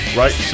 right